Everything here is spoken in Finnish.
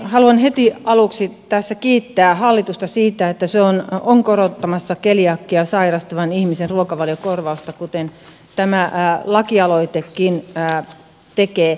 haluan heti aluksi tässä kiittää hallitusta siitä että se on korottamassa keliakiaa sairastavan ihmisen ruokavaliokorvausta kuten tämä lakialoitekin tekee